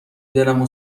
دلمو